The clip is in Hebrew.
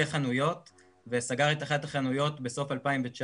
חנויות וסגר את אחת החנויות בסוף 2019,